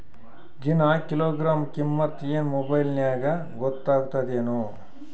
ದಿನಾ ಕಿಲೋಗ್ರಾಂ ಕಿಮ್ಮತ್ ಏನ್ ಮೊಬೈಲ್ ನ್ಯಾಗ ಗೊತ್ತಾಗತ್ತದೇನು?